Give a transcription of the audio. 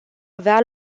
avea